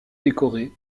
décoré